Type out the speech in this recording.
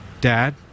Dad